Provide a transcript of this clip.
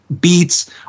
beats